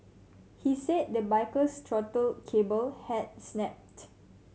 he said the biker's throttle cable had snapped